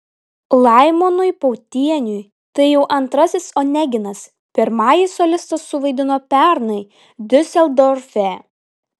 laimonui pautieniui tai jau antrasis oneginas pirmąjį solistas suvaidino pernai diuseldorfe